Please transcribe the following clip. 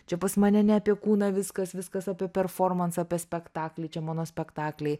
čia pas mane ne apie kūną viskas viskas apie performansą apie spektaklį čia mano spektakliai